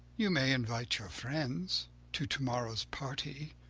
you may invite your friends to tomorrow's party.